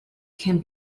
can